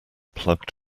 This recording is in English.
plugged